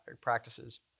practices